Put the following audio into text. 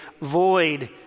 void